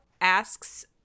asks